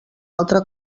altre